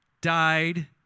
died